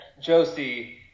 Josie